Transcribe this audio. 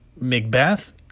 Macbeth